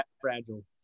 fragile